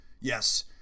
Yes